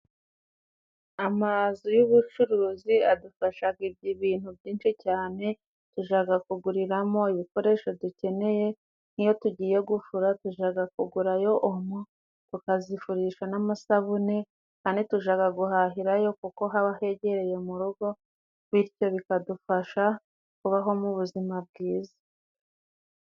Amazu y'ubucuruzi adufashaga ibintu byinshi cyane, tujaga kuguriramo ibikoresho dukeneye nk'iyo tugiye gufura tujaga kugurayo omo tukazifurisha n'amasabune, kandi tujaga guhahirayo kuko haba hegereye mu rugo bityo bikadufasha kubaho mu buzima bwiza.